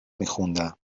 میخوندم